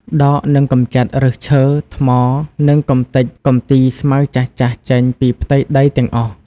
ដក និងកម្ចាត់ឫសឈើ ថ្ម និងកម្ទេចកម្ទីស្មៅចាស់ៗចេញពីផ្ទៃដីទាំងអស់។